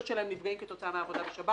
שלהם נפגעים כתוצאה מן העבודה בשבת.